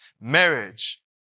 marriage